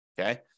okay